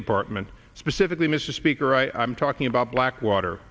department specifically mr speaker i'm talking about blackwater